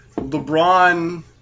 LeBron